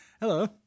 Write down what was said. hello